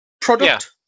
product